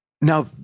Now